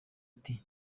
ati